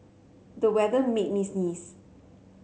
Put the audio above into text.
the weather made me sneeze